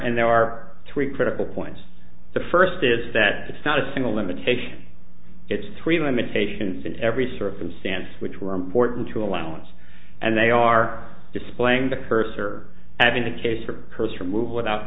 and there are three critical points the first is that it's not a single limitation it's three limitations in every circumstance which were important to allowance and they are displaying the cursor adding the case for cursor move without